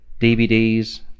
DVDs